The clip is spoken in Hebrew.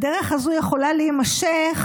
הדרך הזו יכולה להימשך